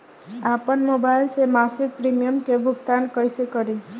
आपन मोबाइल से मसिक प्रिमियम के भुगतान कइसे करि?